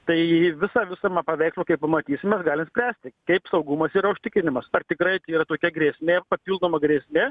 tai visą visumą paveikslo kai pamatysim mes galim spręsti kaip saugumas yra užtikrinamas ar tikrai yra tokia grėsmė papildoma grėsmė